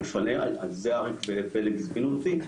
על זה אריק ופלג הזמינו אותי.